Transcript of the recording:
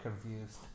confused